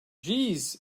jeez